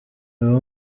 ibahe